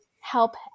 help